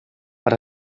but